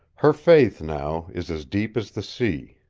her faith, now, is as deep as the sea.